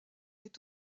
est